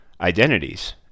identities